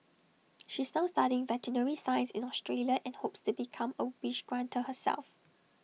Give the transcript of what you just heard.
she is now studying veterinary science in Australia and hopes to become A wish granter herself